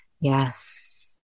Yes